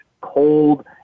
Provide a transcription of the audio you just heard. cold